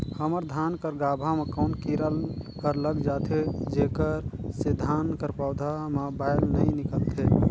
हमर धान कर गाभा म कौन कीरा हर लग जाथे जेकर से धान कर पौधा म बाएल नइ निकलथे?